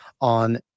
on